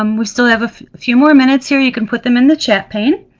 um we still have a few more minutes here, you can put them in the chat pane.